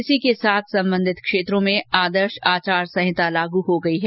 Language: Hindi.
इसी के साथ सम्बन्धित क्षेत्रों में आदर्श आचार संहिता लागू हो गई हैं